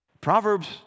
Proverbs